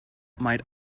might